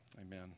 Amen